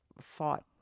fought